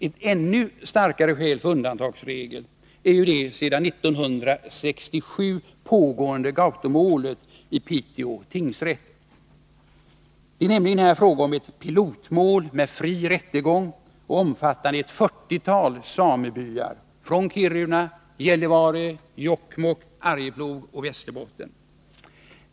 Ett ännu starkare skäl för undantagsregeln är det sedan 1967 pågående Gautomålet i Piteå tingsrätt. Det är nämligen här fråga om ett pilotmål med fri rättegång och omfattande ett fyrtiotal samebyar från Kiruna, Gällivare, Jokkmokk, Arjeplog och Västerbotten.